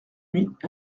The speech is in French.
nuit